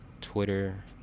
Twitter